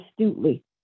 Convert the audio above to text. astutely